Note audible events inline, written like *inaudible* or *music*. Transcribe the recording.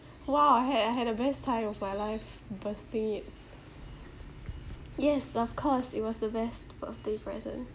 !wow! I had I had the best time of my life bursting it *noise* yes of course it was the best birthday present